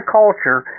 culture